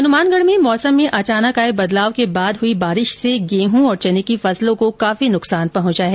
हनुमानगढ़ में मौसम में अचानक आए बदलाव के बाद हुई बारिश से गेंहूँ और चने की फसलों को काफी नुकसान पहुंचा है